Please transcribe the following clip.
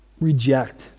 reject